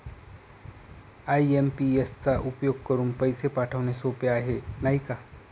IMPS चा उपयोग करुन पैसे पाठवणे सोपे आहे, नाही का